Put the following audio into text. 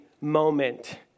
moment